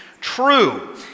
True